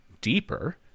deeper